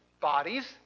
Bodies